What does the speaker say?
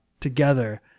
together